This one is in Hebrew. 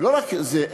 ולא רק זה,